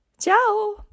ciao